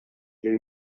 lill